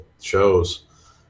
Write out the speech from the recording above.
shows